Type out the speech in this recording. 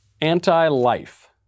Anti-life